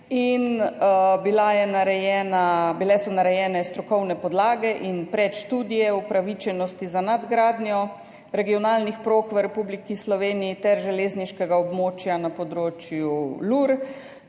narejene so bile strokovne podlage in predštudije upravičenosti za nadgradnjo regionalnih prog v Republiki Sloveniji ter železniškega območja na področju LUR.